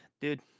dude